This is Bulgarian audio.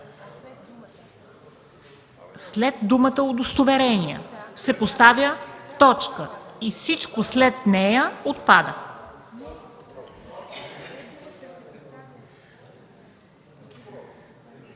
След думата „удостоверения” се поставя точка и всичко след нея отпада.